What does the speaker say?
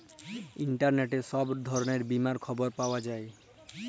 ইলটারলেটে ছব ধরলের বীমার খবর পাউয়া যায়